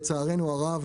לצערנו הרב,